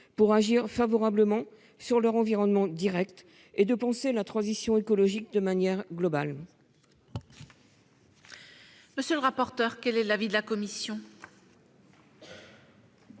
pour agir favorablement sur leurs environnements directs et de penser la transition écologique de manière globale. Quel est l'avis de la commission ?